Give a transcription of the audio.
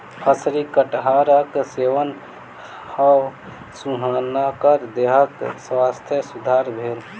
शफरी कटहरक सेवन सॅ हुनकर देहक स्वास्थ्य में सुधार भेल